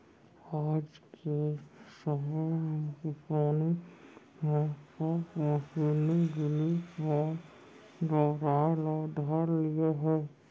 आज के समे के किसानी म सब मसीनी जिनिस मन बउराय ल धर लिये हें